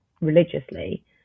religiously